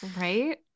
right